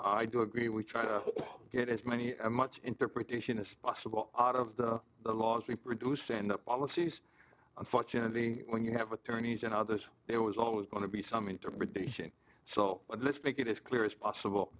i do agree we try to get as many much interpretation as possible out of the laws we produce and the policies unfortunately when you have attorneys and others there was always going to be some interpretation so let's make it as clear as possible